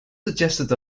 suggested